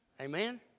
amen